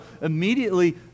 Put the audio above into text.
immediately